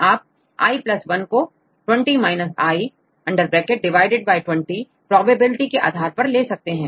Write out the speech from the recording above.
आप i 1 को 20 - i 20प्रोबेबिलिटी के साथ ले सकते हैं